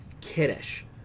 kiddish